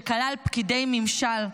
שכלל פקידי ממשל,